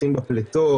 חותכים בפלטות,